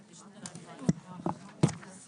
14:16.